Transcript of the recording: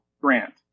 grant